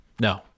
No